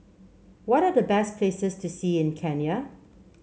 what are the best places to see in Kenya